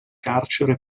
carcere